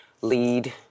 lead